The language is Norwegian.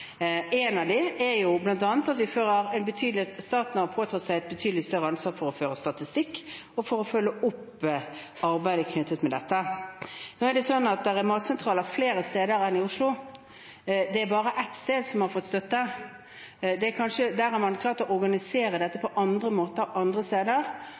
at staten har påtatt seg et betydelig større ansvar for å føre statistikk og for å følge opp arbeidet knyttet til dette. Det er matsentraler flere steder enn i Oslo, men det er bare ett sted som har fått støtte. Man har klart å organisere dette på andre måter på andre steder, og det å donere mat er faktisk kjedenes og bedriftenes ansvar. Det bedriftene selv har